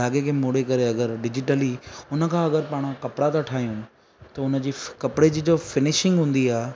धागे खे मोड़े करे अगरि डिजिटली उन खां अगरि पाण कपिड़ा था ठाहियूं त हुन जी कपिड़े जी जो फिनिशिंग हूंदी आहे